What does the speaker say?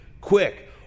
Quick